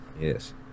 yes